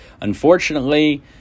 unfortunately